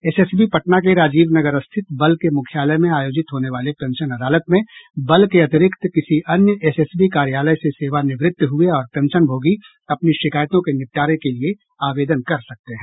S S B Patna के राजीव नगर स्थित बल के मुख्यालय में आयोजित होने वाले पेंशन अदालत में बल के अतिरिक्त किसी अन्य एस एस बी कार्यालय से सेवानिवृत्त हुए और पेंशनभोगी अपनी शिकायतों के निपटारे के लिए आवेदन कर सकते है